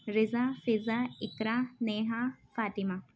Raza Faza Iqra Neha Fatima